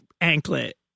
anklet